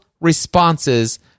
responses